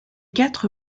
quatre